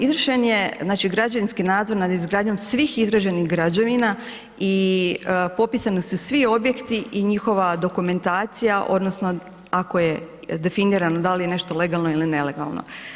Izvršen je građevinski nadzor nad izgradnjom svih izgrađenih građevina i popisani su svi objekti i njihova dokumentacija, odnosno ako je definirano da li je nešto legalno ili nelegalno.